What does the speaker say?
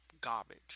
Garbage